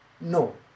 No